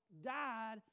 died